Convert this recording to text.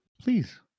please